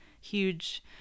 huge